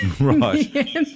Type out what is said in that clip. Right